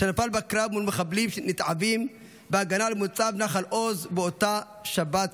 שנפל בקרב מול מחבלים נתעבים בהגנה על מוצב נחל עוז באותה שבת,